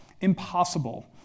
impossible